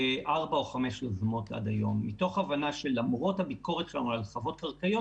זה נעשה מתוך הבנה שלמרות הביקורת שלנו על חוות קרקעיות